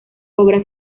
obras